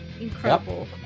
Incredible